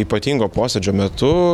ypatingo posėdžio metu